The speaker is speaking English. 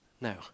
No